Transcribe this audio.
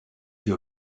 you